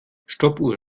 stoppuhr